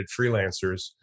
freelancers